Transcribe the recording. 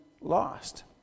lost